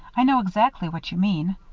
i know exactly what you mean.